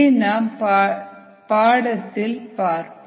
நாம் இந்த பாடத்தில் இதை பார்ப்போம்